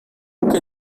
que